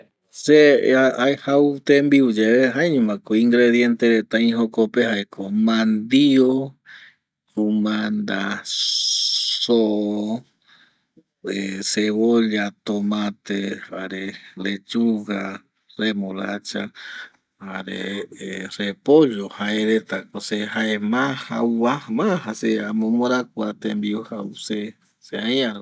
﻿Se ˂hesitation˃ jau tembiu yave jaeño mako ingrediente reta oi jokope jae mandio, kumanda, soo cebolla, tomate jare lechuga, remolacha jare repollo jaereta ko jae se ma jauva, ma se amomora kua tembiu jau, se aiape